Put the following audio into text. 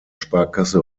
sparkasse